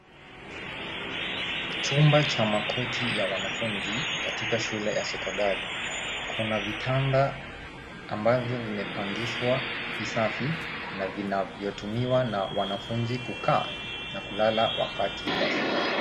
Chumba cha makoti ya wanafunzi katika shule ya sekondari. Kuna vitanda ambavyo vimepangishwa visafi na vinavyotumiwa na wanafunzi kukaa na kulala wakati wa shule.